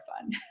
fun